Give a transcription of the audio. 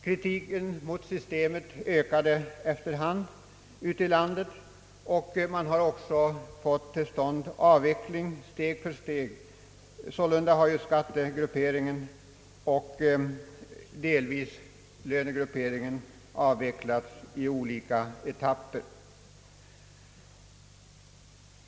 Kritiken mot systemet ökade efter hand ute i landet, och man har även fått till stånd en avveckling steg för steg. Sålunda har skattegrupperingen och delvis lönegrupperingen avvecklats i olika etapper.